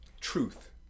truth